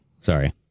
sorry